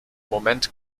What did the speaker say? moment